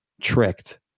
tricked